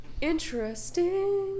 interesting